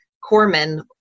Corman